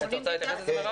מירב, את רוצה להתייחס לזה?